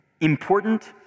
important